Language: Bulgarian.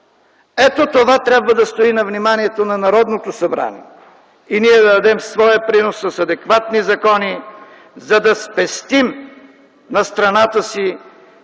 Ето това трябва да стои на вниманието на Народното събрание и ние да дадем своя принос с адекватни закони, за да спестим на страната си